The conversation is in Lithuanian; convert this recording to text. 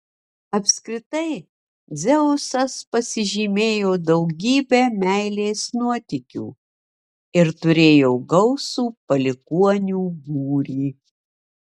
apskritai dzeusas pasižymėjo daugybe meilės nuotykių ir turėjo gausų palikuonių būrį